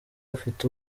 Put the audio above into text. afite